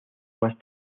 más